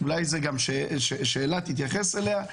אולי זה גם שאלה ותתייחס אליה,